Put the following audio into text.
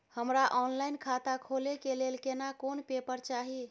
हमरा ऑनलाइन खाता खोले के लेल केना कोन पेपर चाही?